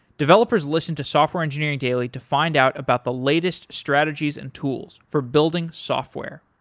developers listen to software engineering daily to find out about the latest strategies and tools for building software.